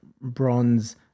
bronze